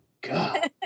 god